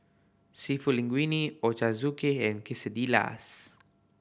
Seafood Linguine Ochazuke and Quesadillas